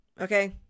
Okay